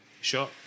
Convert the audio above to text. Sure